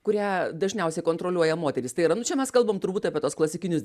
kurią dažniausiai kontroliuoja moterys tai yra nu čia mes kalbam turbūt apie tuos klasikinius